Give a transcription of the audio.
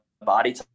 body